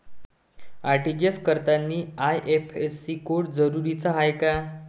RTGS करतांनी IFSC code जरुरीचा हाय का?